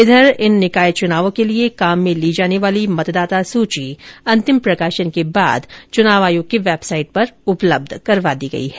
इधर इन निकाय चुनावों के लिए काम में ली जाने वाली मतदाता सूची अंतिम प्रकाशन के बाद चुनाव आयोग की वेबसाइट पर उपलब्ध करवा दी गई है